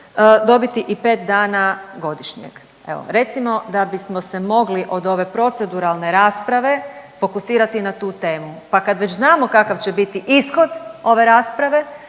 dobiti i 5 dana godišnjeg. Evo, recimo da bismo se mogli od ove proceduralne rasprave fokusirati na tu temu, pa kad već znamo kakav će biti ishod ove rasprave,